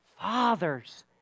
father's